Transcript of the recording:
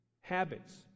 habits